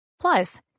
Plus